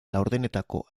laurdenetako